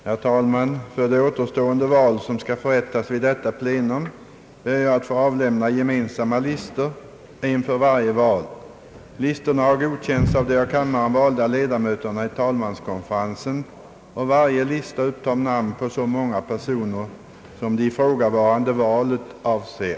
Herr talman! För de återstående val som skall förrättas vid detta plenum ber jag att få avlämna gemensamma listor, en för varje val. Listorna har godkänts av de av kammaren valda ledamöterna i talmanskonferensen, och varje lista upptar namn på så många personer som det ifrågavarande valet avser.